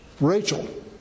Rachel